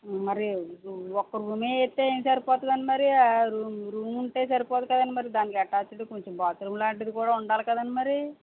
మరి ఒక్క రూమే వేస్తే ఏం సరిపోతుందండి మరి ఆ రూమ్ రూమ్ ఉంటే సరిపోదు కదండీ మరి దానికి అటాచ్డ్ కొంచెం బాత్రూం లాంటిది కూడా ఉండాలి కదండీ మరి